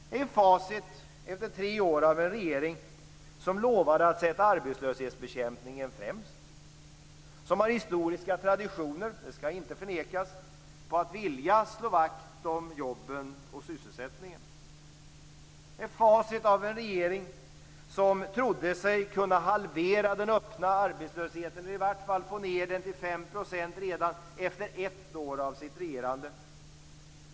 Det är facit efter tre år av en regering som lovade att sätta arbetslöshetsbekämpningen främst, som har historiska traditioner - det skall inte förnekas - när det gäller att vilja slå vakt om jobben och sysselsättningen. Det är facit av en regering som trodde sig kunna halvera den öppna arbetslösheten, eller i varje fall få ned den till 5 % redan efter ett år av sitt regerande.